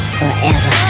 forever